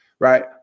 right